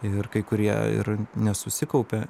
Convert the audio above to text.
ir kai kurie ir nesusikaupia